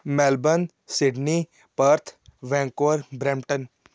Melbourne Sydney Perth Vancouver Brampton